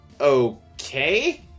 okay